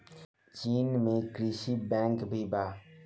चीन में कृषि बैंक भी बा